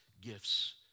gifts